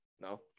No